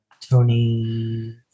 Tony